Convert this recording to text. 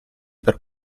per